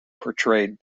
portrayed